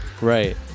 Right